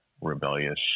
rebellious